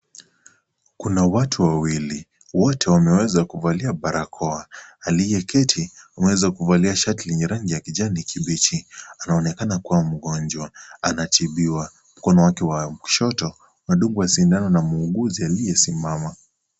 Kuna watu wawili wote wamevaa barakoa , aliyeketi ameweza kuvaa shati lenye rangi ya kijani kibichi , anaonekana kuwa mgonjwa anatibiwa . Mkono wake wa kushoto anadungwa sindano na muuguzi aliyesimama .